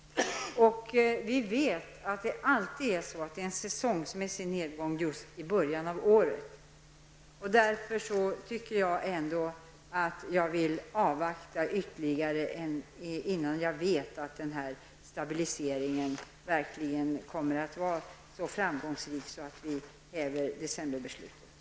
Det är alltid en säsongsmässig nedgång just i början av året. Därför vill jag avvakta ytterligare tills jag kan se att stabiliseringen verkligen är så påtaglig att decemberbeslutet kan hävas.